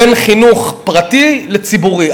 בין חינוך פרטי לציבורי.